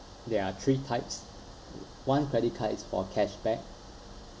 there are three types one credit card is for cashback